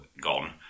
gone